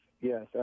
Yes